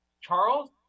Charles